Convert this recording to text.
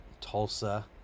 tulsa